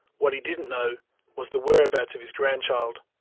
what he didn't know was the whereabouts of his grandchild.